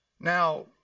Now